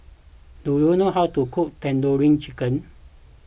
do you know how to cook Tandoori Chicken